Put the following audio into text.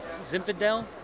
Zinfandel